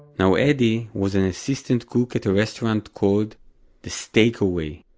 you know eddie was an assistant cook at a restaurant called the steakaway,